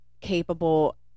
capable